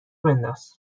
بنداز